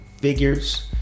figures